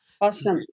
awesome